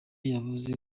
yavuze